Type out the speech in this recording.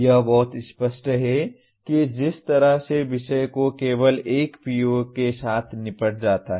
यह बहुत स्पष्ट है कि जिस तरह से विषय को केवल एक PO के साथ निपटा जाता है